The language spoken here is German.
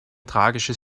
tragisches